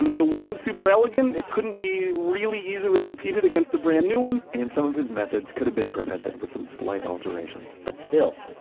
um it wasn't super elegant. it couldn't be really easily repeated against a brand new one and some of his methods could have been prevented with some slight alterations but still,